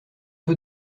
peu